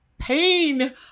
pain